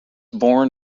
born